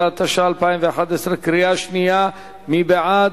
15), התשע"א 2011, קריאה שנייה, מי בעד?